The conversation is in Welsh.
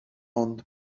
ond